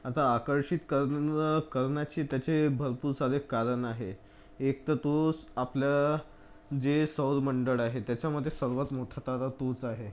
आता आकर्षित करण करण्याची त्याचे भरपूर सारे कारण आहे एकतर तो आपलं जे सौरमंडळ आहे त्याच्यामध्ये सर्वात मोठा तारा तोच आहे